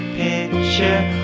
picture